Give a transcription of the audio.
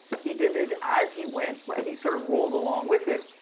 he did this as he went right, he sort of rolled along with it.